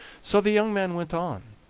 so the young man went on,